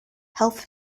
health